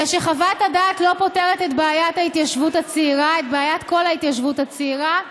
אלא שחוות הדעת לא פותרת את בעיית כל ההתיישבות הצעירה,